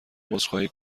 عذرخواهی